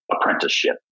apprenticeship